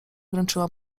wręczyła